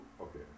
okay